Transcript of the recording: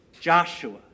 Joshua